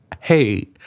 hey